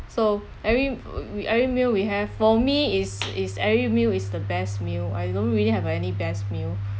so every every meal we have for me is is every meal is the best meal I don't really have any best meal